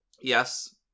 Yes